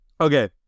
Okay